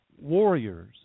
warriors